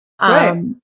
Right